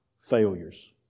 failures